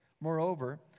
Moreover